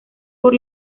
por